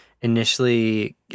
initially